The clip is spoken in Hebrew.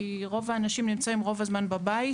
כי רוב האנשים נמצאים רוב הזמן בבית.